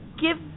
give